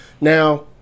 Now